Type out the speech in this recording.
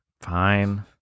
Fine